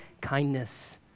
kindness